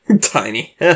Tiny